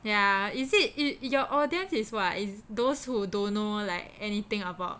ya is it your audience is what is those who don't know like anything about